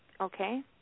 Okay